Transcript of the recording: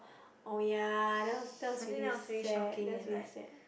oh ya that was that was really sad that was really sad